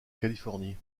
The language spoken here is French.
californie